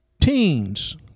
teens